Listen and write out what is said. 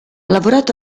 lavorato